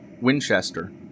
Winchester